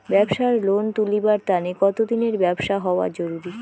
ব্যাবসার লোন তুলিবার তানে কতদিনের ব্যবসা হওয়া জরুরি?